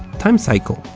timecycle,